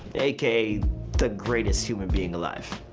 aka the greatest human being alive.